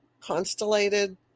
constellated